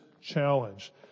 challenge